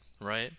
right